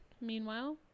meanwhile